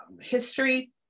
history